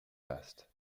vaste